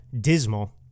dismal